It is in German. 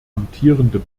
amtierende